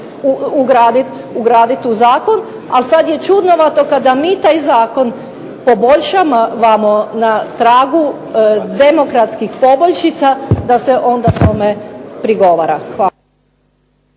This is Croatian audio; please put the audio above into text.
ugraditi u Zakon, ali sada je čudnovati kada mi taj Zakon poboljšavamo na tragu demokratskih poboljšica da se onda tome prigovara. Hvala.